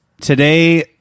today